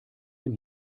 dem